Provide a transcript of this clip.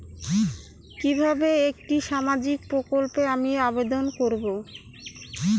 কিভাবে একটি সামাজিক প্রকল্পে আমি আবেদন করব?